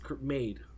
made